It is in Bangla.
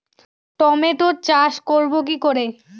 টমেটোর চাষ করব কি করে?